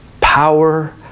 power